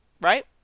Right